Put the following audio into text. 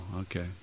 okay